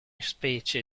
specie